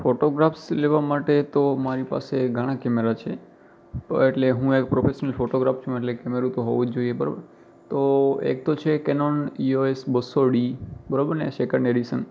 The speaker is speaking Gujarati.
ફોટોગ્રાફ્સ લેવા માટે તો મારી પાસે ઘણા કૅમેરા છે તો એટલે હું એક પ્રૉફેશનલ ફોટોગ્રાફ છું એટલે કૅમેરા તો હોવો જ જોઈએ બરાબર તો એક તો છે કેનોન યુ એસ બસ્સો ડી બરાબરને સેકંડ ઍડિશન